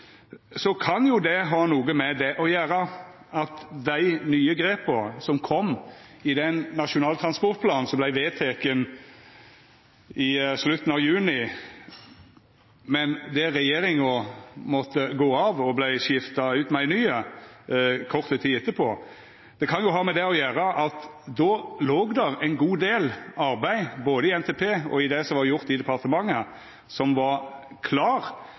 så kan jo det ha noko å gjera med det at med dei nye grepa som kom i den nasjonale transportplanen som vart vedteken i slutten av juni – men der regjeringa måtte gå av og vart skifta ut med ei ny kort tid etterpå – så låg det ein god del arbeid, både i NTP og i det som var gjort i departementet, som var